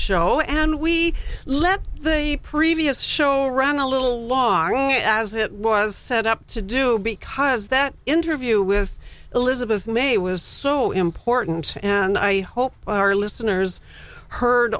show and we let the previous show run a little long as it was set up to do because that interview with elizabeth may was so important and i hope our listeners heard